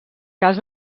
cas